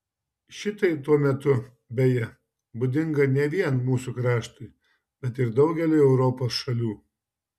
šitai tuo metu beje būdinga ne vien mūsų kraštui bet ir daugeliui europos šalių